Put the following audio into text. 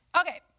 Okay